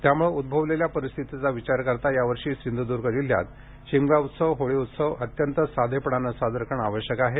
त्यामुळे उद्भवलेल्या परिस्थितीचा विचार करता यावर्षी सिंधुद्ग जिल्ह्यात शिमगा उत्सव होळी उत्सव अत्यंत साधेपणाने साजरा करणे आवश्यक आहे